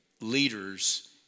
leaders